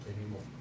anymore